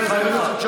זה מונע הקמת ממשלה?